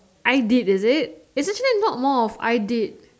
I did is it it's actually not more of I did